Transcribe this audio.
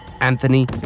Anthony